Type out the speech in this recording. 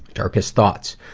darkest thoughts?